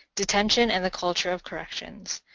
detention and the culture of corrections,